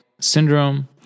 syndrome